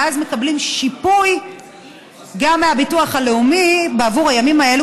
ואז גם מקבלים שיפוי מהביטוח הלאומי בעבור הימים האלה,